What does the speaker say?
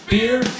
Beer